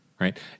Right